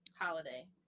holiday